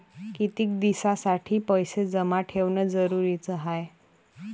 कितीक दिसासाठी पैसे जमा ठेवणं जरुरीच हाय?